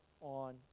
on